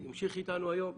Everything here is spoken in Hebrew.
המשיך איתנו היום.